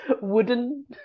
wooden